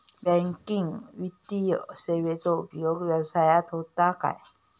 Banking वित्तीय सेवाचो उपयोग व्यवसायात होता काय?